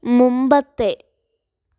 മുമ്പത്തെ